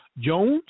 Jones